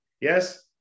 Yes